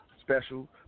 special